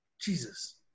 Jesus